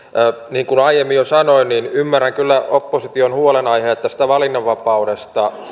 niin kuin aiemmin jo sanoin ymmärrän kyllä opposition huolenaiheet tästä valinnanvapaudesta